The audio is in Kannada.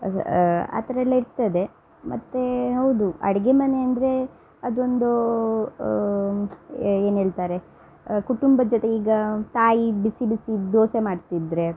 ಅದು ಆ ಥರ ಎಲ್ಲ ಇರ್ತದೆ ಮತ್ತು ಹೌದು ಅಡುಗೆ ಮನೆ ಅಂದರೆ ಅದೊಂದು ಏನೇಳ್ತಾರೆ ಕುಟುಂಬದ ಜೊತೆ ಈಗ ತಾಯಿ ಬಿಸಿ ಬಿಸಿ ದೋಸೆ ಮಾಡ್ತಿದ್ರೆ